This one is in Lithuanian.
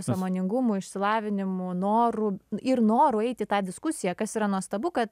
sąmoningumu išsilavinimu noru ir noru eit į tą diskusiją kas yra nuostabu kad